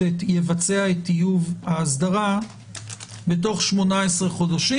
יבצע את טיוב האסדרה תוך 18 חודשים.